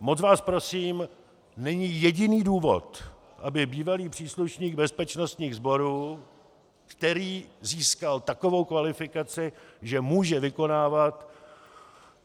Moc vás prosím, není jediný důvod, aby bývalý příslušník bezpečnostních sborů, který získal takovou kvalifikaci, že může vykonávat